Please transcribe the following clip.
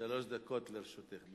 שלוש דקות לרשותך,